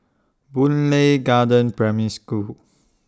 Boon Lay Garden Primary School